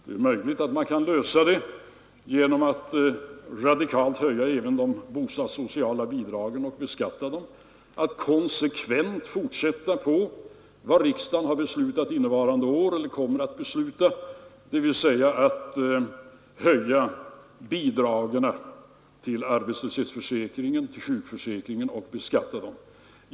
Det är möjligt att man kan lösa problemet genom att radikalt höja även de bostadssociala bidragen och beskatta dem. Vi kan konsekvent fortsätta på den väg riksdagen nu slår in på genom att höja bidragen till arbetslöshetsförsäkringen och sjukförsäkringen och beskatta dem.